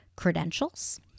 credentials